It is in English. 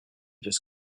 just